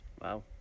Wow